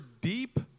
deep